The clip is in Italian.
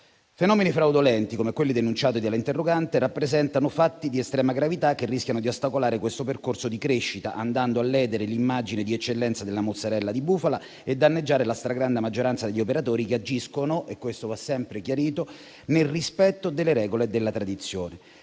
Fenomeni fraudolenti come quelli denunciati dall'interrogante rappresentano fatti di estrema gravità che rischiano di ostacolare questo percorso di crescita, andando a ledere l'immagine di eccellenza della mozzarella di bufala e danneggiare la stragrande maggioranza degli operatori che agiscono - questo va sempre chiarito - nel rispetto delle regole e della tradizione.